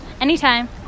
Anytime